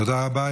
תודה רבה.